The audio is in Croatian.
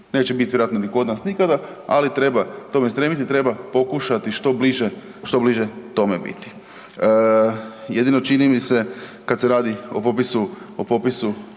neće biti vjerojatno ni kod nas nikada, ali treba tome stremiti i treba pokušati što bliže, što bliže tome biti. Jedino čini mi se kad se radi o popisu,